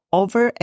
over